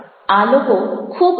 આ લોકો ખૂબ સક્રિય હોતા નથી